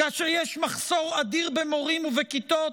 כאשר יש מחסור אדיר במורים ובכיתות,